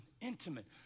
intimate